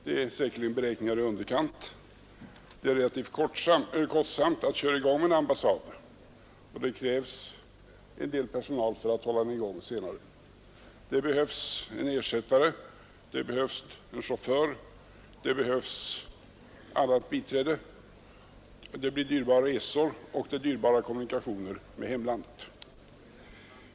Det är säkerligen beräkningar i underkant — det är relativt kostsamt att köra i gång en ambassad, och det krävs en del personal för att hålla den i gång; det behövs en ersättare, det behövs en chaufför, det behövs något biträde, det blir dyrbara resor och dyrbara kommunikationer med hemlandet.